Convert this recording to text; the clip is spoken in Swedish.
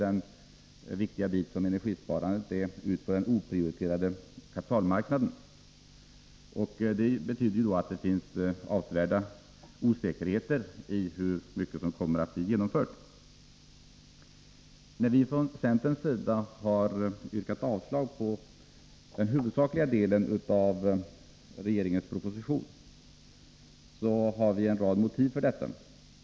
den viktiga del som energisparandet utgör, ut på den oprioriterade kapitalmarknaden. Detta betyder att det skapas en avsevärd osäkerhet om hur mycket som kommer att bli genomfört. Centern har yrkat avslag på den huvudsakliga delen av regeringens proposition, och vi har anfört en rad motiv för detta.